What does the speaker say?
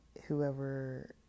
whoever